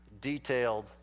detailed